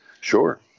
sure